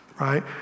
Right